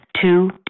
two